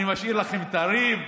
אני משאיר לכם את הריב.